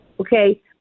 Okay